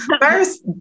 first